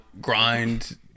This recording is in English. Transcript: grind